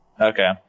Okay